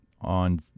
on